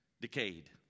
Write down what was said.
decayed